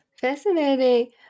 Fascinating